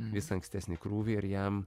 visą ankstesnį krūvį ir jam